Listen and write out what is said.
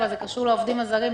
אבל זה קשור לעובדים הזרים,